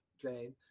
Jane